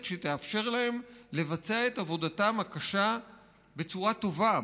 שתאפשר להם לבצע את עבודתם הקשה בצורה טובה,